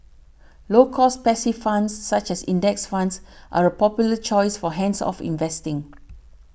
low cost passive funds such as index funds are a popular choice for hands off investing